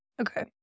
Okay